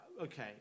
okay